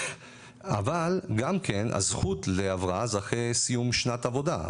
אבל גם כן הזכות להבראה זה אחרי סיום שנת עבודה,